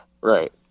right